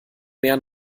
mehr